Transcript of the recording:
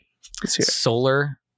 solar